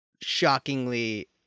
shockingly